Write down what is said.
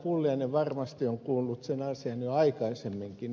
pulliainen varmasti on kuullut sen asian jo aikaisemminkin